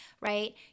right